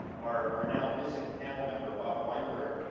our now missing panel member, bob weinberg,